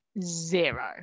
Zero